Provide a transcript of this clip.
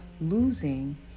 losing